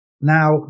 Now